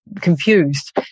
confused